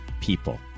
people